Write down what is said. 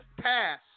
pass